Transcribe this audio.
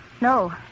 No